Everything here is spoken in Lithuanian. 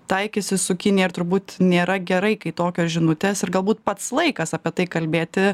taikysis su kinija ir turbūt nėra gerai kai tokias žinutes ir galbūt pats laikas apie tai kalbėti